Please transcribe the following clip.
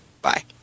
Bye